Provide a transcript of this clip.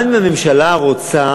גם אם הממשלה רוצה